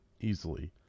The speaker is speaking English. easily